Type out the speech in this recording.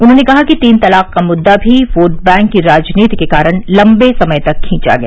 उन्होंने कहा कि तीन तलाक का मुद्दा भी वोट बैंक की राजनीति के कारण लम्बे समय तक खींचा गया